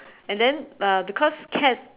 and then uh because cat